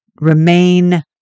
remain